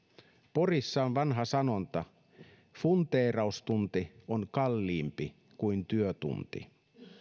porissa on vanha sanonta funteeraustunti on kalliimpi kuin työtunti